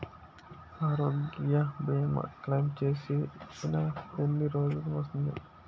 ఆరోగ్య భీమా క్లైమ్ చేసిన ఎన్ని రోజ్జులో వస్తుంది?